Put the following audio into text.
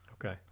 Okay